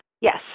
Yes